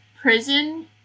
prison